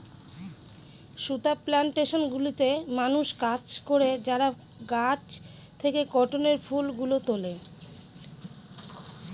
সুতা প্লানটেশন গুলোতে মানুষ কাজ করে যারা গাছ থেকে কটনের ফুল গুলো তুলে